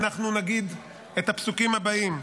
אנחנו נגיד את הפסוקים הבאים.